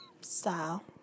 Style